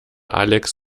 alex